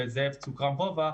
זאב צוק רם (ווה),